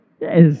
Yes